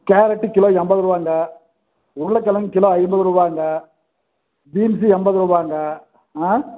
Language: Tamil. கேரட்டு கிலோ எண்பது ரூபாங்க உருளைக் கெழங்கு கிலோ ஐந்நூறுரூவாங்க பீன்ஸ்ஸு எண்பது ரூபாங்க ஆ